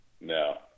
No